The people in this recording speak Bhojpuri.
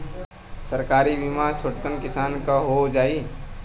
सरकारी बीमा छोटकन किसान क हो जाई?